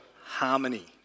harmony